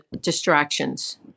distractions